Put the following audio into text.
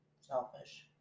Selfish